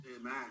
Amen